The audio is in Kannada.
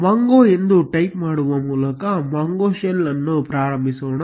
mongo ಎಂದು ಟೈಪ್ ಮಾಡುವ ಮೂಲಕ mongo shell ಅನ್ನು ಪ್ರಾರಂಭಿಸೋಣ